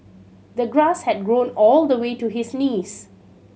the grass had grown all the way to his knees